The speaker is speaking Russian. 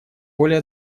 более